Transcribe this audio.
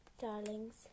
darlings